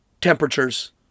temperatures